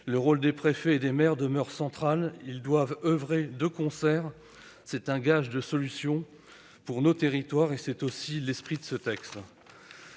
Le rôle des préfets et des maires demeure central. Ils doivent oeuvrer de concert : c'est un gage de solutions pour nos territoires, c'est aussi l'esprit de ce texte.